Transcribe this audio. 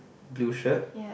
blue shirt